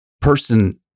person